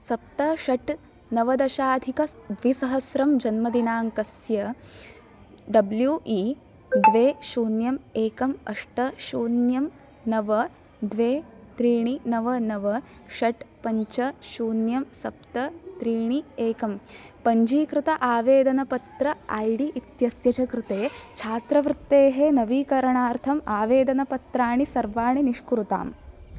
सप्त षट् नवदशाधिकद्विसहस्रं जन्मदिनाङ्कस्य डब्ल्यु इ द्वे शून्यं एकं अष्ट शून्यं नव द्वे त्रीणि नव नव षट् पञ्च शून्यं सप्त त्रीणि एकं पञ्जीकृत आवेदनपत्र ऐ डी इत्यस्य च कृते छात्रवृत्तेः नवीकरणार्थं आवेदनपत्राणि सर्वाणि निष्कुरुताम्